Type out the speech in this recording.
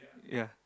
ya